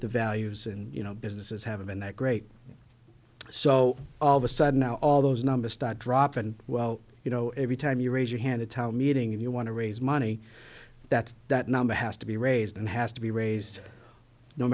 the values and you know businesses haven't been that great so all of a sudden all those numbers start dropping well you know every time you raise your hand a town meeting if you want to raise money that's that number has to be raised and has to be raised no